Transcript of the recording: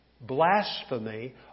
blasphemy